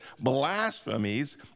blasphemies